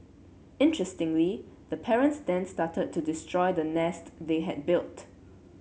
interestingly the parents then started to destroy the nest they had built